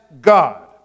God